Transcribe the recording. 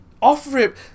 off-rip